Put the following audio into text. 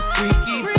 Freaky